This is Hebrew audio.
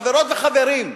חברות וחברים,